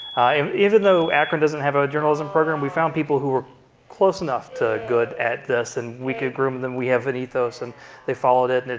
um even though akron doesn't have a journalism program, we found people who were close enough to good at this, and we could groom them. we have an ethos, and they followed it. and